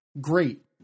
Great